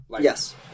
Yes